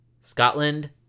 Scotland